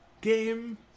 game